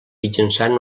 mitjançant